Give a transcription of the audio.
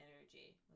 energy